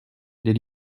des